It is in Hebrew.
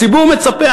הציבור מצפה,